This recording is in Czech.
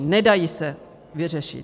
Nedají se vyřešit.